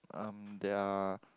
um there are